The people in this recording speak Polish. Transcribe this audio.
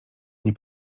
nie